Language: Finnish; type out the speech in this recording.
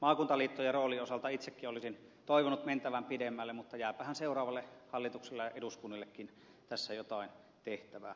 maakuntaliittojen roolien osalta itsekin olisin toivonut mentävän pidemmälle mutta jääpähän seuraavalle hallitukselle ja eduskunnallekin tässä jotain tehtävää